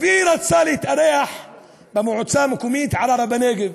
ורצה להתארח במועצה המקומית ערערה בנגב,